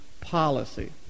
policy